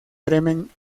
bremen